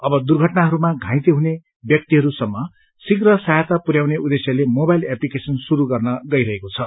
अब दूर्घटनाहरूमा घाइते हुने व्यक्तिहरूसम्म शीघ्र सहायता पुर्याउने उद्वेश्यले मोबाइल एप्लीकेशन शुरू गर्न गइरहेको छ